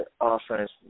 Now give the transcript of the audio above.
Offense